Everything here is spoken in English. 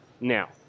now